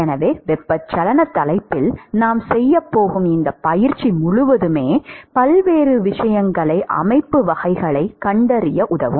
எனவே வெப்பச்சலனத் தலைப்பில் நாம் செய்யப் போகும் இந்தப் பயிற்சி முழுவதுமே பல்வேறு விஷயங்களை அமைப்பு வகைகளைக் கண்டறிய உதவும்